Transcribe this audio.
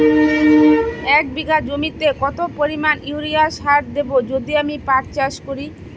এক বিঘা জমিতে কত পরিমান ইউরিয়া সার দেব যদি আমি পাট চাষ করি?